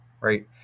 right